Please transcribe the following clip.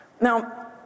Now